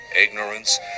ignorance